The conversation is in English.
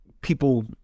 people